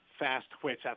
fast-twitch